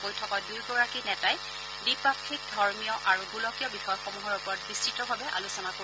বৈঠকত দুয়োগৰাকী নেতাই দ্বিপাক্ষিক ধৰ্মীয় আৰু গোলকীয় বিষয়সমূহৰ ওপৰত বিস্ততভাৱে আলোচনা কৰিব